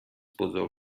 بزرگ